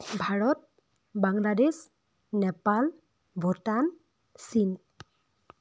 ভাৰত বাংলাদেশ নেপাল ভূটান চীন